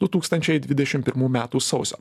du tūkstančiai dvidešim pirmų metų sausio